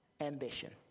ambition